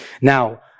Now